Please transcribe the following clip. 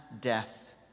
death